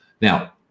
Now